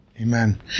Amen